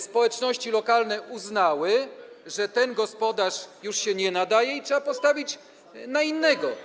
Społeczności lokalne uznały, że ten gospodarz już się nie nadaje i trzeba postawić na innego.